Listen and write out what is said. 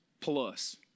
plus